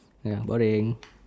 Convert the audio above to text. ya boring